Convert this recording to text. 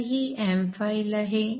तर ही m file आहे